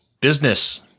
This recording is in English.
business